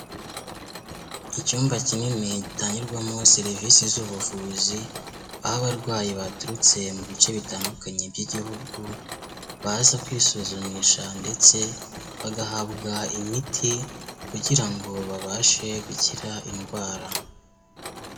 Icyumba kinini gitangirwamo serivisi z'ubuvuzi, aho abarwayi baturutse mu bice bitandukanye by'igihugu baza kwisuzumisha ndetse bagahabwa imiti, kugira ngo babashe gukira indwara.